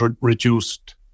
reduced